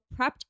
prepped